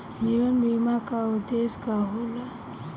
जीवन बीमा का उदेस्य का होला?